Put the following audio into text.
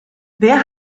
wer